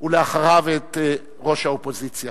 ולאחריו, את ראש האופוזיציה.